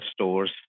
stores